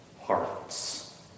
hearts